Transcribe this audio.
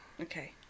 Okay